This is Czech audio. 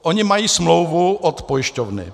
Oni mají smlouvu od pojišťovny.